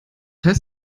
heißt